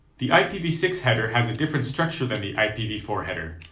the i p v six header has a different structure than the i p v four header,